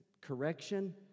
correction